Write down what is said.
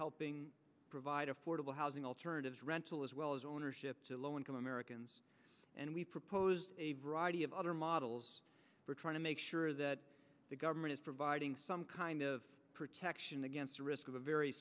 helping provide affordable housing alternatives rental as well as ownership to low income americans and we've proposed a variety of other models for trying to make sure that the government is providing some kind of protection against a risk of a very